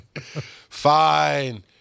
Fine